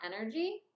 energy